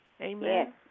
Amen